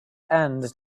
end